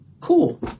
cool